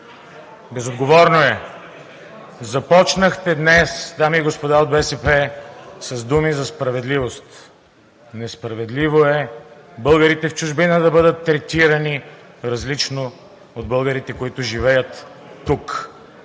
безотговорно е. Започнахте днес, дами и господа от БСП, с думи за справедливост. Несправедливо е българите в чужбина да бъдат третирани различно от българите, които живеят тук.